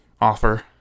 offer